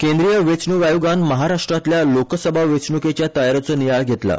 केंद्रीय वेचणुक आयोगान महाराष्ट्रांतल्या लोकसभा वेचणुकेच्या तयारेचो नियाळ घेतला